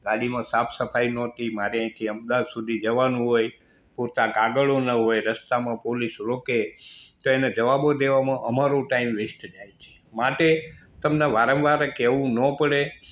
ગાડીમાં સાફસફાઈ નહોતી મારે અહીંથી અમદાવાદ સુધી જવાનું હોય પૂરતા કાગળો ન હોય રસ્તામાં પોલીસ રોકે તેને જવાબો દેવામાં અમારો ટાઈમ વેસ્ટ જાય માટે તમને વારંવાર કહવું ન પડે